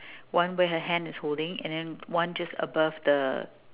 one where her hand is holding and one just above the